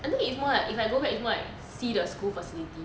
I think it's more like if I go back is more like see the school facility